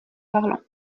parlant